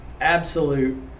Absolute